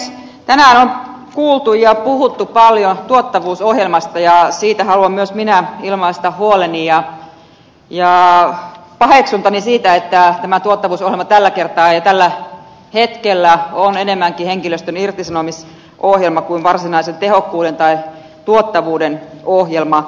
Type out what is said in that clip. tänään on kuultu ja puhuttu paljon tuottavuusohjelmasta ja siitä haluan myös minä ilmaista huoleni ja paheksuntani että tämä tuottavuusohjelma tällä kertaa ja tällä hetkellä on enemmänkin henkilöstön irtisanomisohjelma kuin varsinaisen tehokkuuden tai tuottavuuden ohjelma